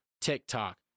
TikTok